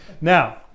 Now